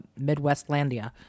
Midwestlandia